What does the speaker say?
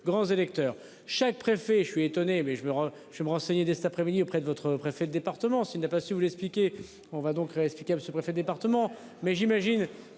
grands électeurs chaque préfet. Je suis étonné mais je me je me renseigner dès cet après-midi auprès de votre préfet le département s'il n'a pas si vous l'expliquer. On va donc re-expliqué monsieur le préfet département